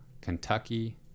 Kentucky